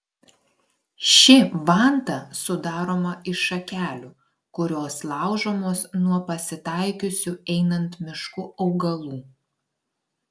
ši vanta sudaroma iš šakelių kurios laužomos nuo pasitaikiusių einant mišku augalų